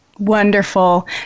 Wonderful